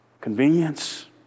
Convenience